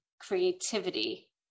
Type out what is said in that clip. creativity